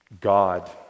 God